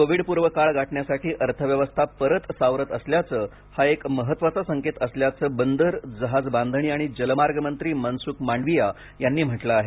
कोविडपूर्व काळ गाठण्यासाठी अर्थव्यवस्था परत सावरत असल्याचे हा एक महत्त्वाचे संकेत असल्याचं बंदरजहाजबांधणी आणि जलमार्ग मंत्री मनसुख मंडावीया यांनी म्हटलं आहे